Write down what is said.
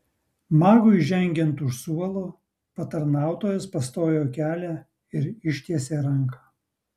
magui žengiant už suolo patarnautojas pastojo kelią ir ištiesė ranką